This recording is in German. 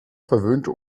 verwöhnte